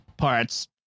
parts